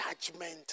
judgment